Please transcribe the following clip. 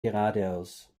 geradeaus